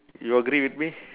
you agree with me